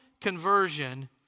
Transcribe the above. conversion